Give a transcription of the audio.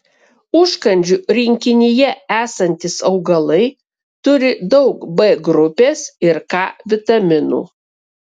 užkandžių rinkinyje esantys augalai turi daug b grupės ir k vitaminų